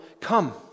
come